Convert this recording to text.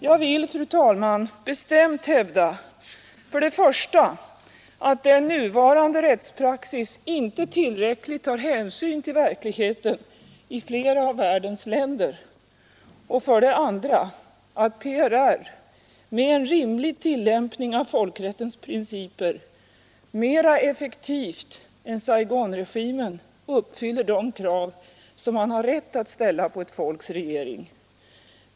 Jag vill, fru talman, bestämt hävda, för det första att nuvarande rättspraxis inte tillräckligt tar hänsyn till verkligheten i flera av världens länder och för det andra, att PRR, med en rimlig tillämpning av folkrättens principer, mer effektivt än Saigonregimen uppfyller de krav Onsdagen den som man har rätt att ställa på ett folks regering.